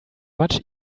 much